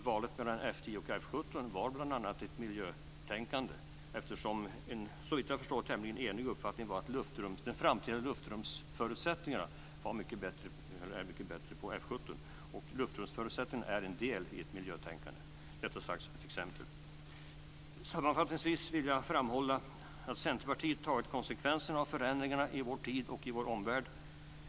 Valet mellan F 10 och F 17 handlade bl.a. om ett miljötänkande. Såvitt jag förstår var det en tämligen enig uppfattning om att de framtida förutsättningarna när det gäller luftrummet var mycket bättre på F 17. Förutsättningarna när det gäller luftrummet är en del i ett miljötänkande. Detta sagt som ett exempel. Sammanfattningsvis vill jag framhålla att Centerpartiet har tagit konsekvenserna av förändringarna i vår tid och i vår omvärld.